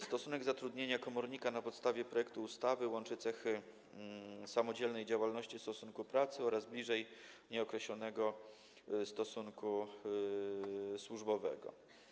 Stosunek zatrudnienia komornika na podstawie projektu ustawy łączy cechy samodzielnej działalności, stosunku pracy oraz bliżej nieokreślonego stosunku służbowego.